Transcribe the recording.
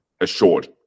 assured